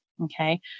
Okay